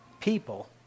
people